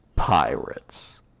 Pirates